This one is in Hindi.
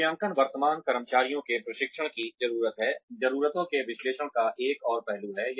मूल्यांकन वर्तमान कर्मचारियों के प्रशिक्षण की जरूरत है ज़रूरतों के विश्लेषण का एक और पहलू है